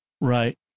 Right